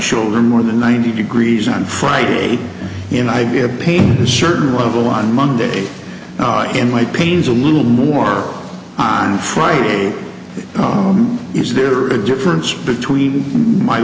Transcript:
shoulder more than ninety degrees on friday and i get a pain a certain level on monday and my pains a little more on friday is there a difference between my